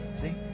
See